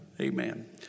Amen